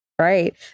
Right